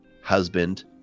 husband